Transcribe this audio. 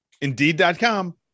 Indeed.com